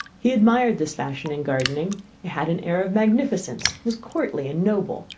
he admired this fashion in gardening had an air of magnificence, was courtly and noble,